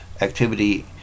activity